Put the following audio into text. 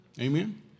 Amen